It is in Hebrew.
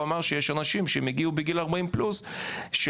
הוא אמר שיש אנשים שהגיעו בגילאי 40 פלוס שחייבים